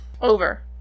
Over